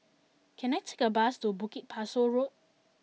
can I take a bus to Bukit Pasoh Road